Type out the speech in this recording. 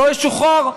לא ישוחרר?